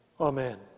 Amen